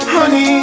Honey